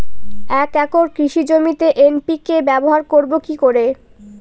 এক একর কৃষি জমিতে এন.পি.কে ব্যবহার করব কি করে?